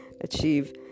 achieve